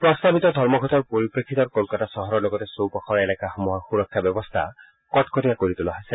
প্ৰস্তাৱিত ধৰ্মঘটৰ পৰিপ্ৰেক্ষিতত কলকাতা চহৰৰ লগতে চৌপাশৰ এলেকাসমূহৰ সুৰক্ষা ব্যৱস্থা কটকটীয়া কৰি তোলা হৈছে